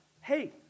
Hey